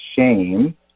shame